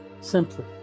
simply